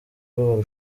ruba